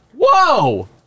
Whoa